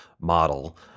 model